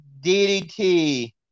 DDT